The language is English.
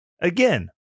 again